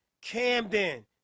Camden